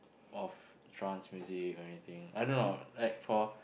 of trance music or anything I don't know like for